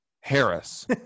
Harris